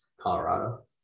Colorado